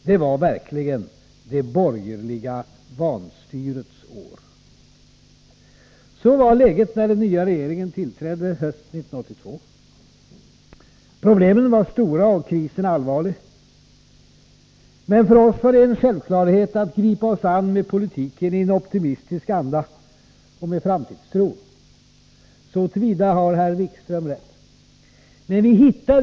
Det var verkligen det borgerliga vanstyrets år. Så var läget när den nya regeringen tillträdde hösten 1982. Problemen var stora och krisen allvarlig, men för oss var det en självklarhet att gripa oss an med politiken i en optimistisk anda och med framtidstro. Så till vida har herr Wikström rätt.